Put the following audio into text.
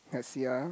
I see ah